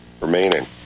remaining